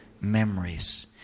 memories